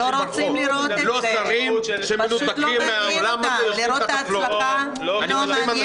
לא שרים שמנותקים מהעולם ויושבים תחת פלואורסנטים.